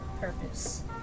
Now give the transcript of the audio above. Purpose